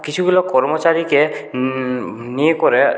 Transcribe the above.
কিছুগুলো কর্মচারীকে নিয়ে করে